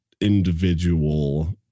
individual